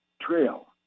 trail